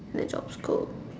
the job scope